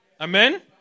Amen